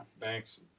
Thanks